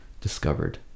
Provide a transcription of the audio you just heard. discovered